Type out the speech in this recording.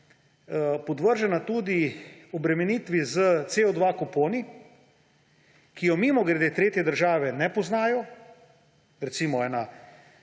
podvržena tudi obremenitvi s CO2 kuponi, ki jo, mimogrede, tretje države ne poznajo, recimo, ena